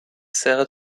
sert